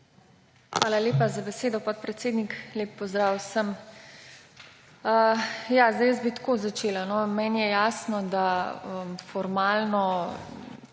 Hvala lepa za besedo, podpredsednik. Lep pozdrav vsem! Jaz bi tako začela, meni je jasno, da formalno